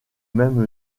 même